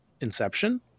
inception